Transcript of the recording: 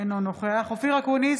אינו נוכח אופיר אקוניס,